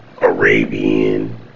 Arabian